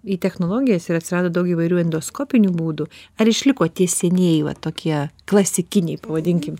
į technologijas ir atsirado daug įvairių endoskopinių būdų ar išliko tie senieji va tokie klasikiniai pavadinkim